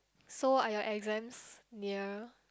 so are your exams near